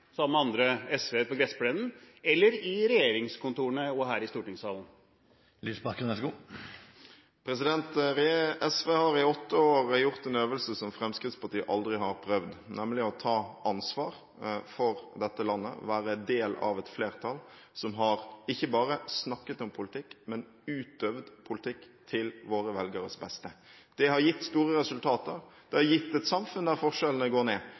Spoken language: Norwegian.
med andre SV-ere, eller i regjeringskontorene og her i stortingssalen? SV har i åtte år gjort en øvelse som Fremskrittspartiet aldri har prøvd, nemlig å ta ansvar for dette landet og være en del av et flertall som ikke bare har snakket om politikk, men som har utøvd politikk til våre velgeres beste. Det har gitt store resultater. Det har gitt et samfunn der forskjellene går ned,